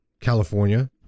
California